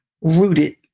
rooted